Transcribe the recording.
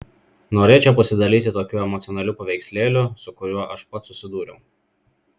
norėčiau pasidalyti tokiu emocionaliu paveikslėliu su kuriuo aš pats susidūriau